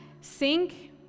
sink